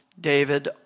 David